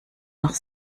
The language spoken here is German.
nach